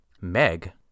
Meg